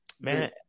man